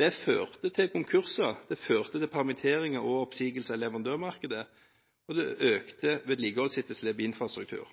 Det førte til konkurser, det førte til permitteringer og oppsigelser i leverandørmarkedet, og det økte vedlikeholdsetterslepet i infrastruktur.